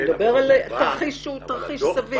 הוא מדבר על תרחיש שהוא תרחיש סביר.